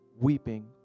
weeping